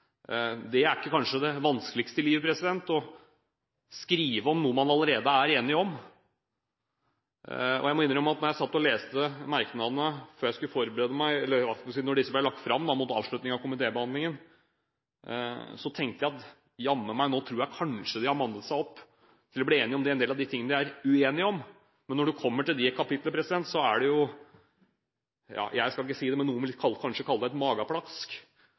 er kanskje ikke det vanskeligste i livet å skrive om noe man allerede er enige om. Jeg må innrømme at da jeg satt og leste merknadene da disse ble lagt fram mot avslutningen av komitébehandlingen, tenkte jeg: Jammen meg, nå tror jeg kanskje de har mannet seg opp til å bli enige om en del av de tingene de er uenige om. Men når en kommer til det kapittelet, er det jo – ja, jeg skal ikke si det, men noen ville kanskje kalle det – et